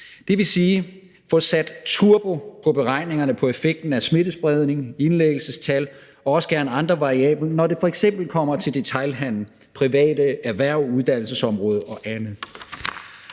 Det vil sige at få sat turbo på beregningerne på effekten af smittespredning, indlæggelsestal og også gerne andre variable, når det f.eks. kommer til detailhandel, private erhverv, uddannelsesområdet og andet.